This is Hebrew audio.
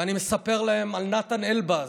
ואני מספר להם על נתן אלבז,